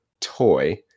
toy